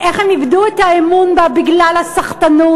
איך הן איבדו את האמון בה בגלל הסחטנות,